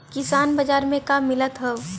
किसान बाजार मे का मिलत हव?